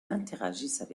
interagissent